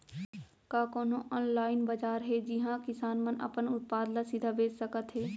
का कोनो अनलाइन बाजार हे जिहा किसान मन अपन उत्पाद ला सीधा बेच सकत हे?